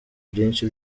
byinshi